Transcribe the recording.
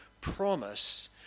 promise